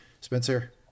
Spencer